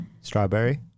Strawberry